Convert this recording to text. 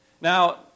Now